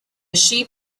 sheep